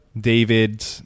david